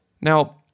Now